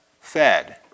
fed